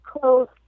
close